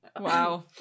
Wow